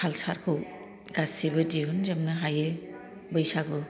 कालचारखौ गासिबो दिहुनजोबनो हायो बैसागु